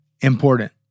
important